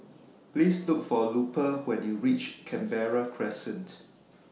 Please Look For Lupe when YOU REACH Canberra Crescent